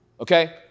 Okay